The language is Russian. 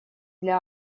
для